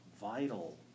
vital